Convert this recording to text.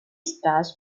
stars